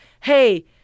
hey